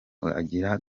agira